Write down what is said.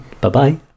Bye-bye